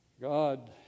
God